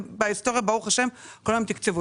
ובהיסטוריה ברוך השם כולם תקצבו.